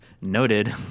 noted